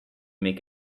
make